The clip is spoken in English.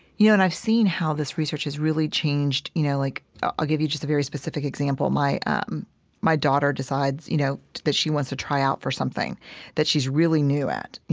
yeah and i've seen how this research has really changed, you know like, i'll give you just a very specific example. my um my daughter decides you know that she wants to try out for something that she's really new at.